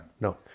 no